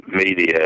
Media